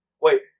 Wait